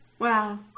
Wow